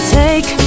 take